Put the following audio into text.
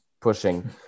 pushing